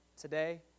today